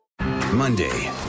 Monday